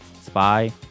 Spy